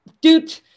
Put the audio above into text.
dude